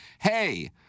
Hey